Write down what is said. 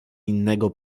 innego